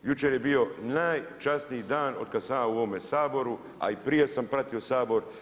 Jučer je bio najčasniji dan od kada sam ja u ovome Saboru, a i prije sam pratio Sabor.